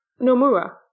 Nomura